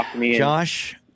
Josh